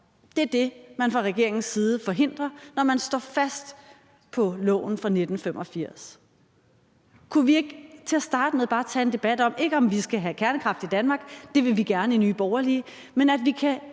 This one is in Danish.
Det er det, man fra regeringens side forhindrer, når man står fast på loven fra 1985. Kunne vi ikke til at starte med bare tage en debat, ikke om, om vi skal have kernekraft i Danmark – det ville vi gerne i Nye Borgerlige – men om, om vi kan ændre